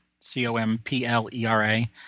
C-O-M-P-L-E-R-A